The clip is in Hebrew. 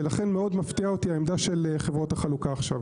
ולכן מאוד מפתיעה אותי העמדה של חברות החלוקה עכשיו.